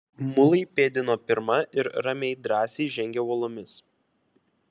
mulai pėdino pirma ir ramiai drąsiai žengė uolomis